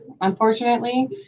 unfortunately